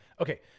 Okay